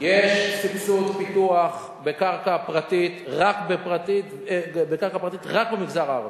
יש סבסוד פיתוח בקרקע פרטית רק במגזר הערבי.